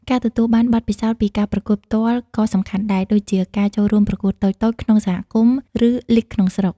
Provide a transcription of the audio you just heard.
ការទទួលបានបទពិសោធន៍ពីការប្រកួតផ្ទាល់ក៏សំខាន់ដែរ ដូចជាការ ចូលរួមប្រកួតតូចៗ ក្នុងសហគមន៍ ឬលីគក្នុងស្រុក។